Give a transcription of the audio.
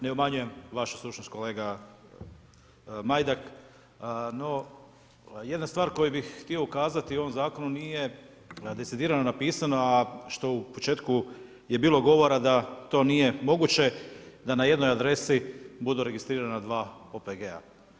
Ne umanjujemo vašu stručnost kolega Majdak, no jedna stvar koju bi htio ukazati u ovom zakonu nije decidirano napisano, a što u početku je bilo govora, da to nije moguće, da na jednoj adresi budu registrirana 2 OPG-a.